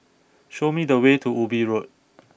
show me the way to Ubi Road